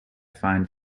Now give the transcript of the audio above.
find